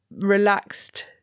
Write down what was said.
relaxed